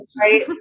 right